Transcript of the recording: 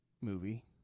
movie